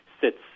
sits